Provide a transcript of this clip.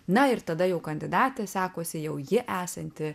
na ir tada jau kandidatė sakosi jau ji esanti